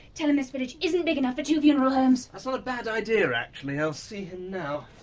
tell him this village isn't big enough for two funeral homes. that's not a bad idea, actually. i'll see now.